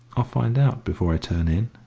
i'll find out before i turn in.